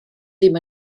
ddim